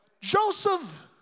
Joseph